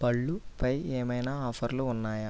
పళ్ళుపై ఏమైనా ఆఫర్లు ఉన్నాయా